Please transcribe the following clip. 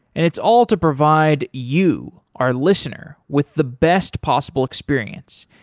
and it's all to provide you, our listener, with the best possible experience.